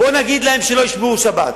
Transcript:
בואו נגיד להם שלא ישמרו שבת.